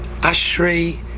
Ashrei